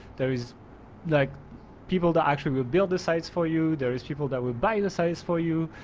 there is like people that actually will build the sites for you there is people that will buy the sites for you,